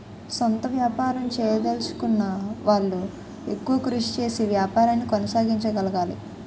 సొంత వ్యాపారం చేయదలచుకున్న వాళ్లు ఎక్కువ కృషి చేసి వ్యాపారాన్ని కొనసాగించగలగాలి